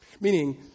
Meaning